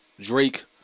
Drake